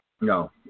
No